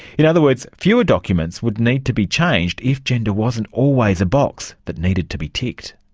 in other words, fewer documents would need to be changed if gender wasn't always a box that needed to be ticked.